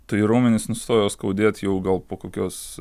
tai raumenys nustojo skaudėt jau gal po kokios